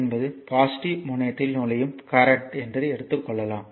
என்பது பொசிட்டிவ் முனையத்தில் நுழையும் கரண்ட் என்று எடுத்து கொள்ளலாம்